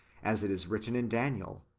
as it is written in daniel.